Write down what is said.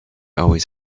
always